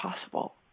possible